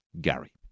Gary